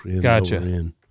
gotcha